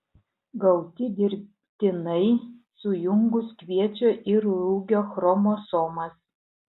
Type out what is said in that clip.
gauti dirbtinai sujungus kviečio ir rugio chromosomas